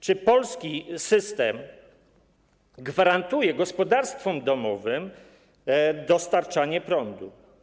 Czy polski system gwarantuje gospodarstwom domowym dostarczanie prądu?